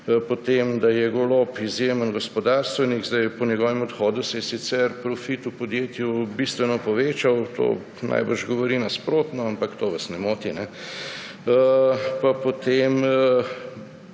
potem da je Golob izjemen gospodarstvenik – po njegovem odhodu se je sicer profit v podjetju bistveno povečal, to verjetno govori nasprotno, ampak to vas ne moti – pa potem